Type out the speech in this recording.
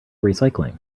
recycling